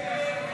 ההסתייגויות